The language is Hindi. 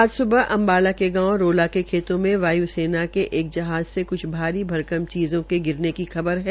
आज स्बह अम्बाला के गांव रोला के खेतों में वाय्सेना के एक जहाज से क्छ भारी भरकम चीज के गिरने की खबर है